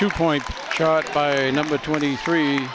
two points by a number twenty three